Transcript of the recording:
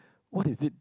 what is it